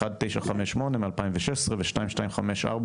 1958 מ-2016 ו-2254